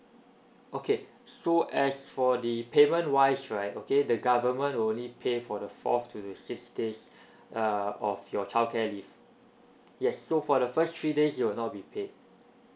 okay so as for the payment wise right okay the government will only pay for the fourth to sixth days uh of your childcare leave yes so for the first three days you will not be paid